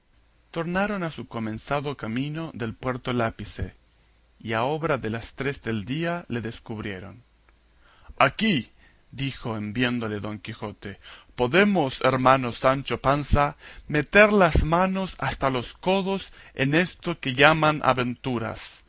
tornaron a su comenzado camino del puerto lápice y a obra de las tres del día le descubrieron aquí dijo en viéndole don quijote podemos hermano sancho panza meter las manos hasta los codos en esto que llaman aventuras